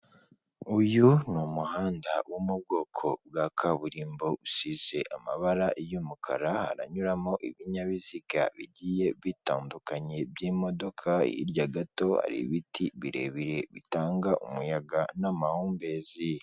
Uyu ni umuhanda wo mu bwoko bwa kaburimbo usize amabara y'umukara haranyuramo ibinyabiziga bigiye bitandukanye by'imodoka hirya gato hari ibiti birebire bitanga umuyaga n'amahumbezi.